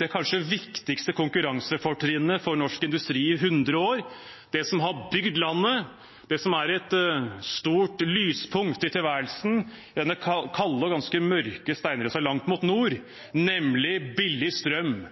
det kanskje viktigste konkurransefortrinnet for norsk industri i 100 år, det som har bygd landet, det som er et stort lyspunkt i tilværelsen i denne kalde og ganske mørke steinrøysa langt mot nord, nemlig billig strøm